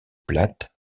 plate